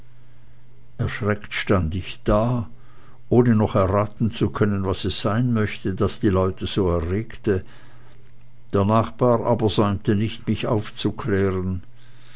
erschreckt stand ich da ohne noch erraten zu können was es sein möchte das die leute so erregte der nachbar aber säumte nicht mich aufzuklären